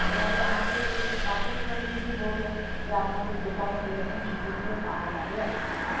এবারে আমাকে এই পাশের ঘরের দিদি বললো যে আপনাদের দোকানে এই রকম জুতোগুলো পাওয়া যাবে আর কি